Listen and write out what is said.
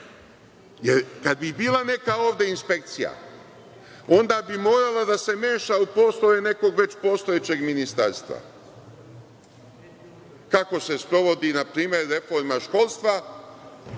Jer, kad bi i bila ovde neka inspekcija, onda bi morala da se meša u poslove nekog već postojećeg ministarstva, kako se sprovodi npr. reforma školstva